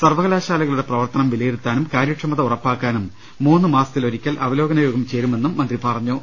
സർവകലാശാലകളുടെ പ്രവർത്തനം വിലയിരുത്താനും കാര്യക്ഷമത ഉറപ്പാക്കാനും മൂന്നു മാസത്തി ലൊരിക്കൽ അവലോകനയോഗം ചേരുമെന്നും മന്ത്രി അറിയിച്ചു